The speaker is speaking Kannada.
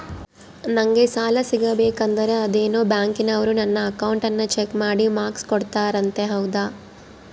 ನಂಗೆ ಸಾಲ ಸಿಗಬೇಕಂದರ ಅದೇನೋ ಬ್ಯಾಂಕನವರು ನನ್ನ ಅಕೌಂಟನ್ನ ಚೆಕ್ ಮಾಡಿ ಮಾರ್ಕ್ಸ್ ಕೊಡ್ತಾರಂತೆ ಹೌದಾ?